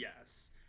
Yes